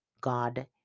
God